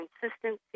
consistency